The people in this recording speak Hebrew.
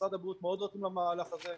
משרד הבריאות מאוד רתום למהלך הזה,